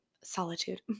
solitude